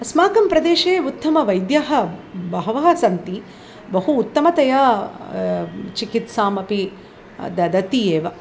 अस्माकं प्रदेशे उत्तमाः वैद्याः बहवः सन्ति बहु उत्तमतया चिकित्सामपि ददति एव